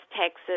texas